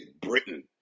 Britain